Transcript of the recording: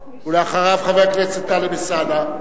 ואחריו, חבר הכנסת טלב אלסאנע.